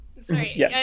sorry